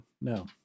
no